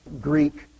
Greek